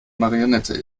marionette